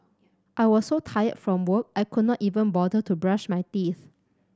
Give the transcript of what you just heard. I was so tired from work I could not even bother to brush my teeth